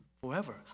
forever